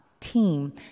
Team